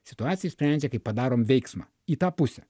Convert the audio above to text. situaciją išsprendžia kai padarom veiksmą į tą pusę